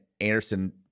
Anderson